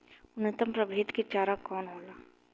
उन्नत प्रभेद के चारा कौन होला?